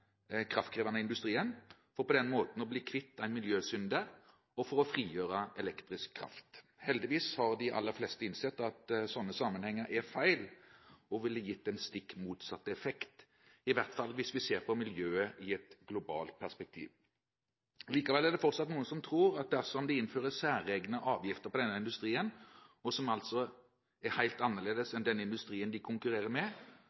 kraftkrevende industrien, for på den måten å bli kvitt en miljøsynder og frigjøre elektrisk kraft. Heldigvis har de aller fleste innsett at slike sammenhenger er feil og ville gitt den stikk motsatte effekt, i hvert fall hvis vi ser på miljøet i et globalt perspektiv. Likevel er det fortsatt noen som tror at dersom det innføres særegne avgifter på denne industrien, som altså er helt annerledes enn den industrien de konkurrerer med,